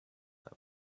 them